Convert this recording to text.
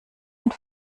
und